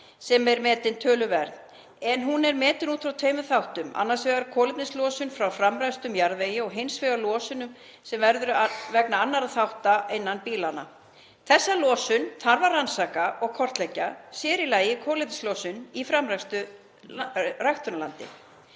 sem er metin töluverð en hún er metin út frá tveimur þáttum, annars vegar kolefnislosun frá framræstum jarðvegi og hins vegar losun sem verður vegna annarra þátta innan býlanna. Þessa losun þarf að rannsaka og kortleggja, sér í lagi kolefnislosun í framræstu ræktarlandi.